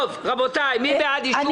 רבותיי, מי בעד אישור?